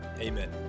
Amen